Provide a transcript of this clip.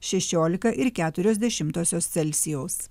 šešiolika ir keturios dešimtosios celsijaus